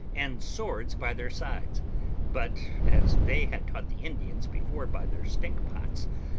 and swords by their sides but, as they had taught the indians before by their stink-pots,